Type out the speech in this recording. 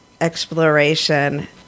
exploration